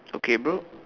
okay bro